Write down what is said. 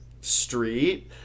street